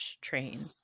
train